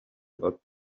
about